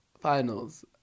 Finals